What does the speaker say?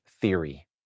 theory